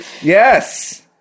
Yes